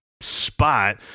spot